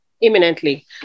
imminently